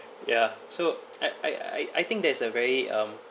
ya so I I I think that is a very um